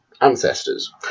ancestors